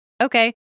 Okay